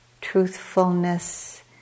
truthfulness